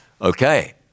Okay